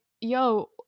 yo